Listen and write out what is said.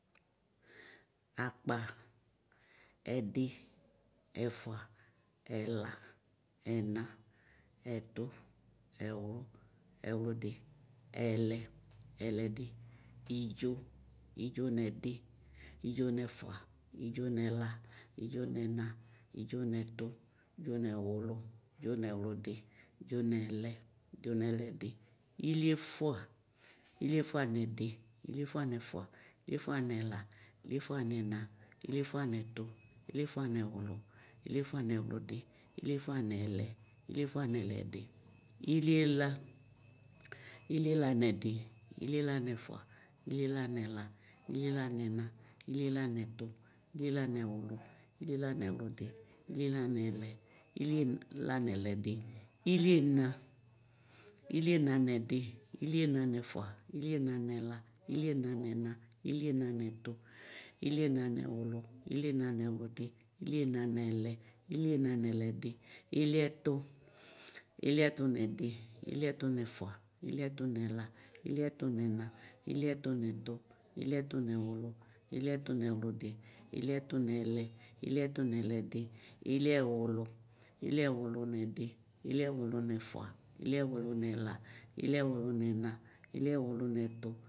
Akpa ɛdi ɛfʋa ɛla ɛna ɛtʋ ɛʋlʋ ɛlʋlʋdi ɛlɛ ɛlɛdi idzo idzo nɛdi idzo nɛfʋa idzo nɛla idzo nɛna idzo nɛtʋ idzo nɛwlo idzo nɛwlodi idzo nɛlɛ idzo nɛlɛdi iliefʋa iliefʋa nɛdi iliefʋa nɛfʋa iliefʋa nɛla iliefʋa nɛna iliefʋa nɛtʋ iliefʋa nɛwlʋ iliefʋa nɛwlodi iliefʋa nɛlɛ iliefʋa nɛlɛdi iliefʋa iliefʋa nɛdi iliela nɛfʋa iliela nɛla iliela nɛna iliela nɛtʋ iliela nɛwlʋ iliela nɛwlʋdi iliela nɛlɛ iliela nɛlɛdi iliena iliena nɛdi iliena nɛfʋa iliena nɛla iliena nɛna iliena nɛtʋ iliena nɛwlʋ iliena nɛwlʋdi iliena nɛlɛ iliena nɛlɛdi iliɛtʋ iliɛtʋ nɛdi iliɛtʋ nɛfʋa iliɛtʋ nɛla iliɛtʋ nɛna iliɛtʋ nɛtʋ iliɛtʋ nɛwlʋ iliɛtʋ nɛwlʋdi iliɛtʋ nɛlɛ iliɛtʋ nɛliɛdi iliɛwlʋ iliɛwlʋ nɛdi iliɛwlʋ nɛfʋa iliɛwlʋ nɛla iliɛwlʋ nɛna iliɛwlʋ nɛtʋ.